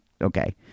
okay